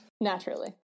Naturally